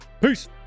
Peace